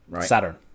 Saturn